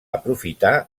aprofitar